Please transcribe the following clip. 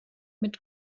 mit